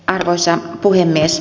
arvoisa puhemies